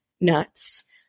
nuts